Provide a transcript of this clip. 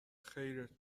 خیرت